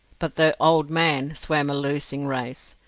but the old man swam a losing race.